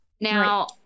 Now